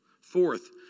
Fourth